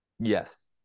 Yes